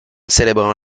célébrant